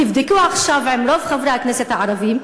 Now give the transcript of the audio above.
תבדקו עכשיו עם רוב חברי הכנסת הערבים,